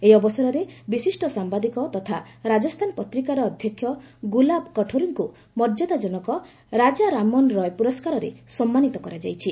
ଏହି ଅବସରରେ ବିଶିଷ୍ଟ ସାମ୍ବାଦିକ ତଥା ରାଜସ୍ଥାନ ପତ୍ରିକାର ଅଧ୍ୟକ୍ଷ ଗୁଲାବ କୋଠାରୀଙ୍କୁ ମର୍ଯ୍ୟଦାଜନକ ରାଜା ରାମମୋହନ ରୟ ପୁରସ୍କାରରେ ସମ୍ମାନିତ କରାଯାଇଛି